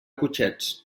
cotxets